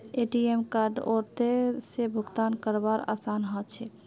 ATM कार्डओत से भुगतान करवार आसान ह छेक